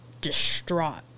distraught